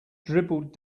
dribbled